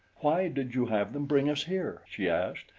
why did you have them bring us here? she asked.